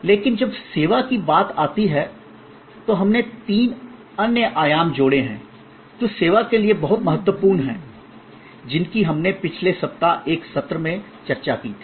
लेकिन जब सेवा की बात आती है तो हमने तीन अन्य आयाम जोड़े हैं जो सेवा के लिए बहुत महत्वपूर्ण हैं जिनकी हमने पिछले सप्ताह एक सत्र में चर्चा की थी